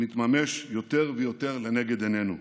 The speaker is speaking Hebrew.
מתממש יותר ויותר לנגד עינינו.